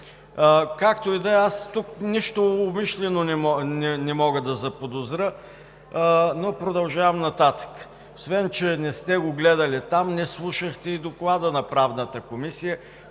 Както и да е. Аз тук нищо умишлено не мога да заподозра, но продължавам нататък. Освен, че не сте го гледали, не слушахте и Доклада на Правната комисия,